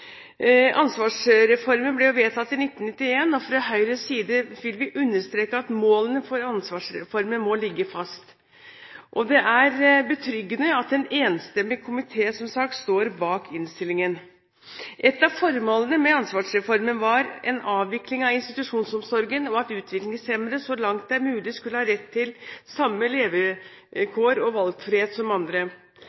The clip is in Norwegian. Ansvarsreformen ble jo vedtatt i 1991, og fra Høyres side vil vi understreke at målene for ansvarsreformen må ligge fast. Det er betryggende at en enstemmig komité, som sagt, står bak innstillingen. Et av formålene med ansvarsreformen var en avvikling av institusjonsomsorgen og at utviklingshemmede så langt det var mulig, skulle ha rett til samme